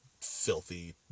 filthy